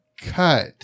cut